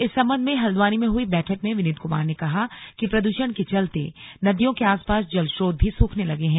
इस संबंध में हल्द्वानी में हुई एक बैठक में विनीत कुमार ने कहा कि प्रद्षण के चलते नदियों के आसपास जल स्रोत भी सूखने लगे हैं